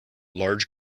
large